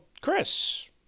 chris